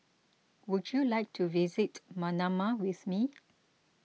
would you like to visit Manama with me